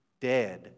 dead